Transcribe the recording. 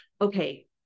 okay